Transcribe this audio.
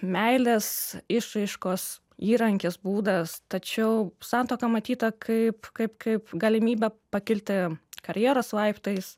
meilės išraiškos įrankis būdas tačiau santuoka matyta kaip kaip kaip galimybė pakilti karjeros laiptais